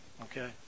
okay